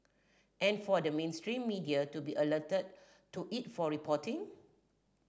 and for the mainstream media to be alerted to it for reporting